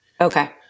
Okay